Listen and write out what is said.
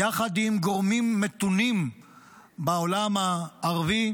יחד עם גורמים מתונים בעולם הערבי,